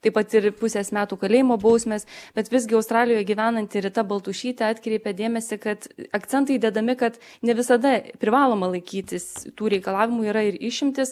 taip pat ir pusės metų kalėjimo bausmės bet visgi australijoje gyvenanti rita baltušytė atkreipė dėmesį kad akcentai dedami kad ne visada privaloma laikytis tų reikalavimų yra ir išimtys